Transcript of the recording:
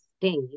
state